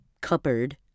cupboard